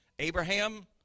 Abraham